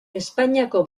espainiako